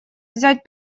взять